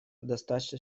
достаточно